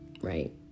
right